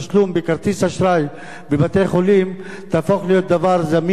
בכרטיס אשראי בבתי-חולים תהפוך להיות דבר זמין,